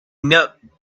knelt